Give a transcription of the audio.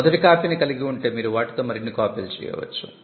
మొదటి కాపీని కలిగి ఉంటే మీరు వాటితో మరిన్ని కాపీలు చేయవచ్చు